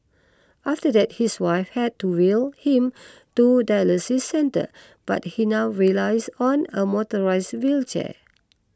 after that his wife had to wheel him to dialysis centre but he now relies on a motorised wheelchair